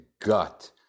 gut